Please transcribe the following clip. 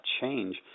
change